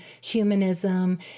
humanism